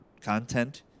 content